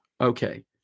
Okay